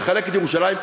לחלק את ירושלים,